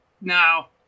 now